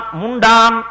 mundam